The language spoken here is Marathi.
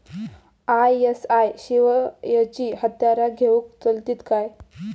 आय.एस.आय शिवायची हत्यारा घेऊन चलतीत काय?